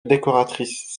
décoratrice